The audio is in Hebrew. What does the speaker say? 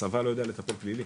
הצבא לא יודע לטפל פלילי.